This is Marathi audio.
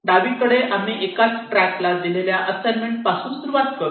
डावीकडे आम्ही एकाच ट्रॅकला दिलेल्या असाईनमेंटपासून सुरूवात करतो